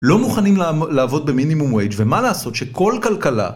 לא מוכנים לעבוד במינימום ווייג', ומה לעשות שכל כלכלה